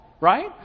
right